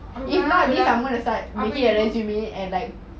அப்போ பிரதான விழா அப்போ இன்னும்:apo prathana vizha apo inum